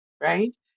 right